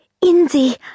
Indy